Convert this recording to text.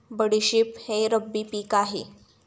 बडीशेप हे रब्बी पिक आहे